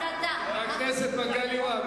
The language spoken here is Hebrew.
חבר הכנסת מגלי והבה,